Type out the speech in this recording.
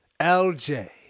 LJ